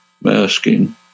masking